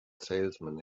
salesman